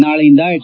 ನಾಳೆಯಿಂದ ಎಚ್